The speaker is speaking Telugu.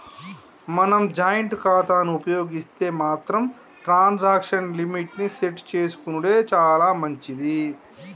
మనం జాయింట్ ఖాతాను ఉపయోగిస్తే మాత్రం ట్రాన్సాక్షన్ లిమిట్ ని సెట్ చేసుకునెడు చాలా మంచిది